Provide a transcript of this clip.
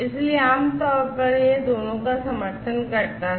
इसलिए आमतौर पर यह दोनों का समर्थन करता है